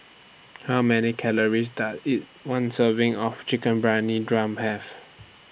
How Many Calories Does A one Serving of Chicken Briyani drum Have